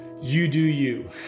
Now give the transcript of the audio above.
you-do-you